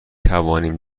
توانیم